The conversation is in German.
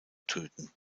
töten